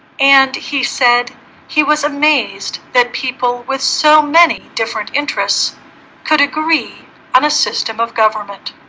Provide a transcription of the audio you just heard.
and he said he was amazed that people with so many different interests could agree on a system of government